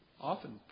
Often